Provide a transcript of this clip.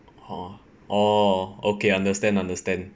!huh! orh okay understand understand